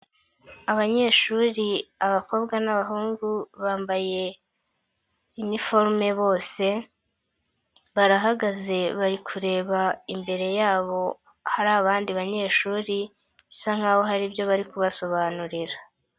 Abanyeshuri abakobwa n'abahungu bambaye iniforume bose, barahagaze bari kureba imbere yabo hari abandi banyeshuri, bisa nkaho hari ibyo bari kubasobanurira.